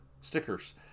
stickers